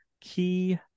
key